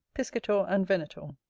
piscator and venator